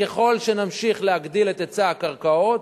ככל שנמשיך להגדיל את היצע הקרקעות,